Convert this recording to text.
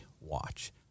watch